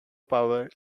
power